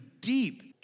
deep